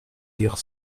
dire